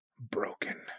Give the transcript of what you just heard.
broken